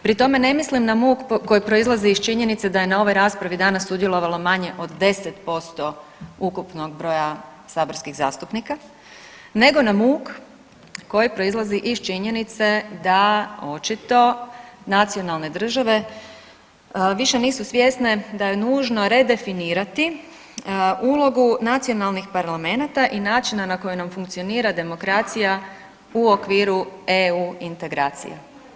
Pri tome ne mislim na muk koji proizlazi iz činjenice da je na ovoj raspravi danas sudjelovalo manje od deset posto ukupnog broja saborskih zastupnika, nego na muk koji proizlazi iz činjenice da očito nacionalne države više nisu svjesne da je nužno redefinirati ulogu nacionalnih parlamenata i načina na koji nam funkcionira demokracija u okviru EU integracija.